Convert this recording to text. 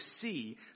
see